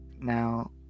now